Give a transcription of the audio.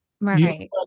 Right